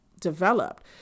developed